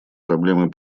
проблемы